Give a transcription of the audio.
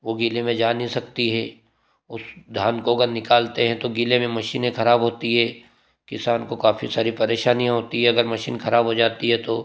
वो गीले में जा नहीं सकती है उस धान को अगर निकालते हैं तो गीले में मशीनें खराब होती हैं किसान को काफ़ी सारी परेशानियाँ होती है अगर मशीन खराब हो जाती है तो